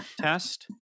test